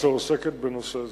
שעוסקת בנושא זה.